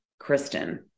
Kristen